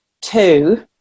two